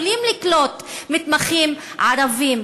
והם לא יכולים לקלוט מתמחים ערבים.